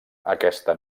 aquesta